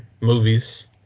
movies